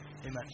Amen